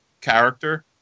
character